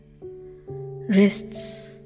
wrists